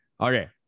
Okay